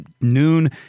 noon